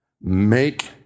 make